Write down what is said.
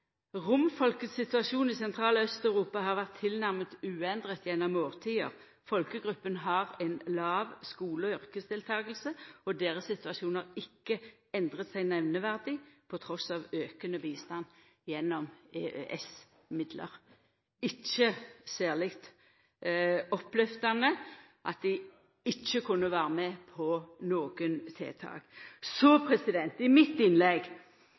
situasjon i Sentral- og Øst-Europa har vært tilnærmet uendret gjennom årtier. Folkegruppen har en lav skole- og yrkesdeltakelse og deres situasjon har ikke endret seg nevneverdig på tross av økende bistand gjennom EØS-midler». – Ikkje særleg oppløftande at dei ikkje kunne vera med på noko tiltak. I innlegget mitt